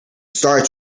starts